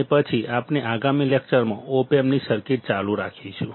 અને પછી આપણે આગામી લેકચરમાં ઓપ એમ્પની સર્કિટ ચાલુ રાખીશું